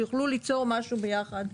שיוכלו ליצור משהו ביחד.